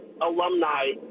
alumni